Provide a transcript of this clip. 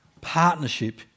Partnership